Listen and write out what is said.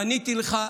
מניתי לך,